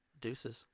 Deuces